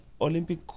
Olympic